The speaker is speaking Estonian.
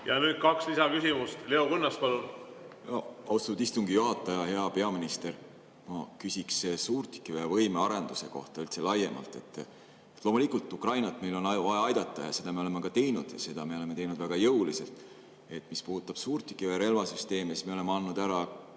Ja nüüd kaks lisaküsimust. Leo Kunnas, palun! Austatud istungi juhataja! Hea peaminister! Ma küsin suurtükiväe võime arenduse kohta laiemalt. Loomulikult Ukrainat meil on vaja aidata ja seda me oleme ka teinud ja seda me oleme teinud väga jõuliselt. Mis puudutab suurtükiväe relvasüsteeme, siis me oleme andnud ära